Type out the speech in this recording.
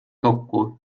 kokku